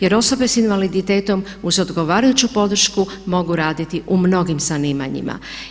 Jer osobe s invaliditetom uz odgovarajuću podršku mogu raditi u mnogim zanimanjima.